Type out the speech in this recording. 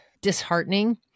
disheartening